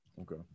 okay